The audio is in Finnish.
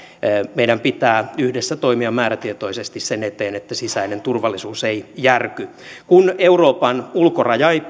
meidän pitää yhdessä toimia määrätietoisesti sen eteen että sisäinen turvallisuus ei järky kun euroopan ulkoraja ei